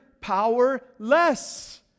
powerless